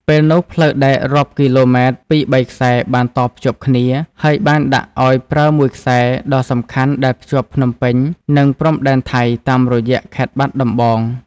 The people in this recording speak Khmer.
ពេលនោះផ្លូវដែករាប់គីឡូម៉ែត្រពីរបីខ្សែបានតភ្ជាប់គ្នា ហើយបានដាក់អោយប្រើមួយខ្សែដ៏សំខាន់ដែលភ្ជាប់ភ្នំពេញនិងព្រំដែនថៃតាមរយៈខេត្ត បាត់ដំបង។